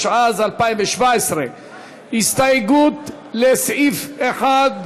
התשע"ז 2017. הסתייגות לסעיף 1,